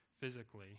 physically